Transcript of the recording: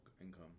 income